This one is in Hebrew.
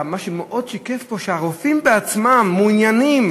מה שמאוד השתקף פה: הרופאים בעצמם מעוניינים